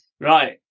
Right